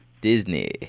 Disney